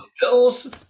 bills